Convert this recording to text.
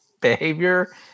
behavior